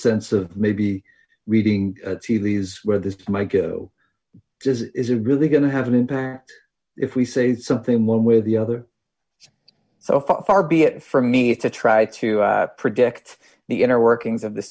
sense of maybe reading tea leaves where this might go just isn't really going to have an impact if we say something one way or the other so far be it from me to try to predict the inner workings of the